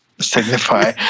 signify